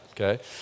okay